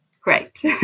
Great